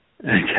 Okay